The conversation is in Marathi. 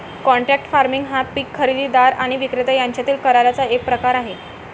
कॉन्ट्रॅक्ट फार्मिंग हा पीक खरेदीदार आणि विक्रेता यांच्यातील कराराचा एक प्रकार आहे